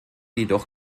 jedoch